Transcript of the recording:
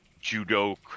Judo